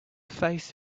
face